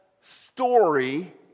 story